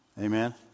Amen